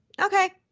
okay